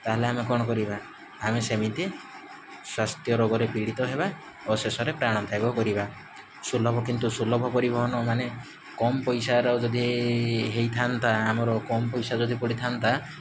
ତାହେଲେ ଆମେ କ'ଣ କରିବା ଆମେ ସେମିତି ସ୍ୱାସ୍ଥ୍ୟ ରୋଗରେ ପୀଡ଼ିତ ହେବା ଆଉ ଶେଷରେ ପ୍ରାଣ ତ୍ୟାଗ କରିବା ସୁଲଭ କିନ୍ତୁ ସୁଲଭ ପରିବହନ ମାନେ କମ୍ ପଇସାର ଯଦି ହୋଇଥାନ୍ତା ଆମର କମ୍ ପଇସା ଯଦି ପଡ଼ିଥାନ୍ତା